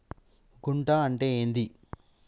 గుంట అంటే ఏంది?